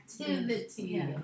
activity